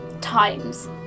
times